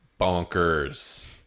bonkers